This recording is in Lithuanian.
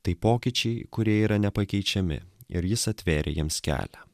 tai pokyčiai kurie yra nepakeičiami ir jis atvėrė jiems kelią